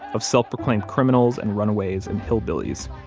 of self-proclaimed criminals and runaways and hillbillies.